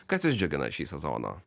kas jus džiugina šį sezoną